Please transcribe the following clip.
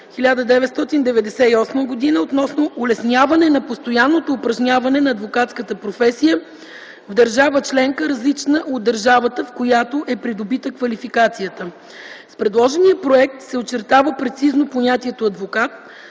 1998 г. относно улесняване на постоянното упражняване на адвокатската професия в държава членка, различна от държавата, в която е придобита квалификацията. С предложения проект се очертава прецизно понятието „адвокат”.